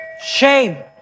Shame